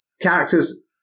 Characters